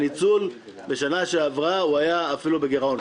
הניצול בשנה שעברה היה אפילו בגירעון,